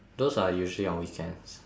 those are usually on weekends